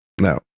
No